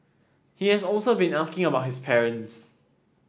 he has also been asking about his parents